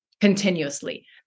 continuously